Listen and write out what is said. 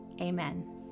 amen